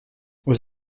aux